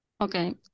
Okay